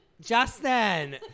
Justin